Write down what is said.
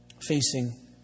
facing